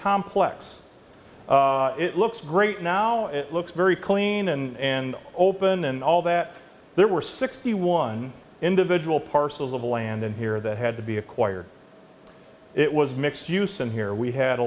complex it looks great now it looks very clean and open and all that there were sixty one individual parcels of land in here that had to be acquired it was mixed use and here we had a